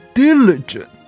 diligent